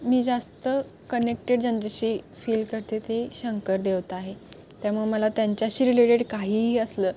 मी जास्त कनेक्टेड ज्यांच्याशी फील करते ती शंकर देवता आहे त्यामुळे मला त्यांच्याशी रिलेटेड काहीही असलं